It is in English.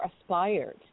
aspired